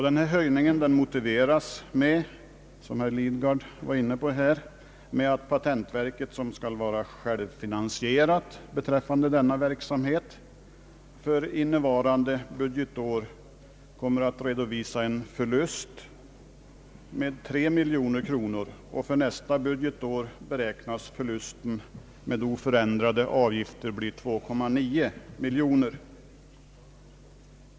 Denna höjning motiveras, som herr Lidgard nämnde, med att patentverket, som skall vara självfinansierat beträffande denna verksamhet, för innevarande budgetår kommer att redovisa en förlust med tre miljoner kronor, och för nästa budgetår beräknas förlusten med oförändrade avgifter bli 2,9 miljoner kronor.